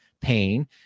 pain